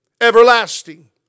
everlasting